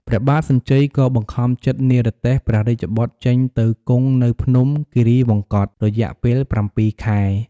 ព្រះបាទសញ្ជ័យក៏បង្ខំចិត្តនិរទេសព្រះរាជបុត្រចេញទៅគង់នៅភ្នំ គិរីវង្គត រយៈពេល ៧ ខែ។